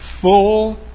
full